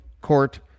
court